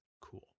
cool